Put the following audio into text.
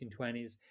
1920s